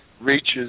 reaches